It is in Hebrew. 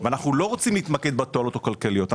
אנחנו לא רוצים להתמקד בתועלות הכלכליות,